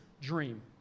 dream